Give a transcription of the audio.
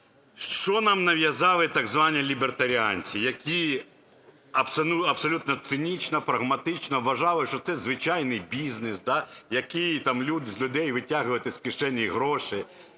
Що нам нав'язали так звані лібертаріанці, які абсолютно цинічно і прагматично вважали, що це звичайний бізнес, який там з людей витягувати з кишені гроші.